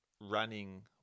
running